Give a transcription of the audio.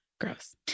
Gross